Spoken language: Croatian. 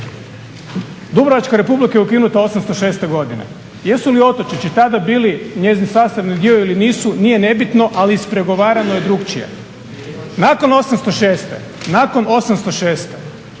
Dubrovačka Republika je ukinuta 806. godine. Jesu li otočići tada bili njezin sastavni dio ili nisu nije nebitno, ali ispregovarano je drukčije. Nakon 806.